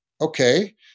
okay